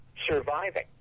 surviving